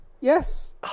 Yes